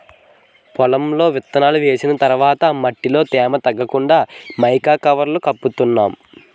పొలంలో విత్తనాలు వేసిన తర్వాత మట్టిలో తేమ తగ్గకుండా మైకా కవర్లను కప్పుతున్నాం